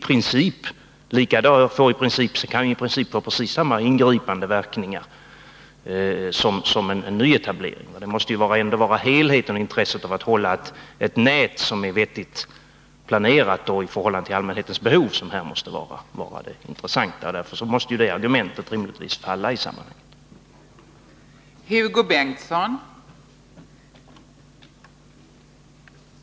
En omflyttning kan i princip få precis samma ingripande verkningar som en nyetablering. Helheten och intresset av att ha ett i förhållande till allmänhetens behov vettigt planerat kontorsnät måste vara det viktiga. Därför måste Sven Anderssons argument rimligtvis falla i detta sammanhang.